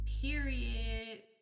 period